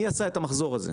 מי עשה את המחזור הזה?